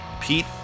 Pete